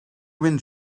wyn